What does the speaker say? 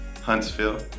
Huntsville